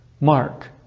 Mark